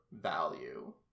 value